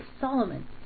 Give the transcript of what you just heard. Solomon